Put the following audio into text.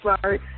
sorry